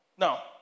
Now